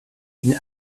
une